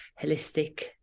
holistic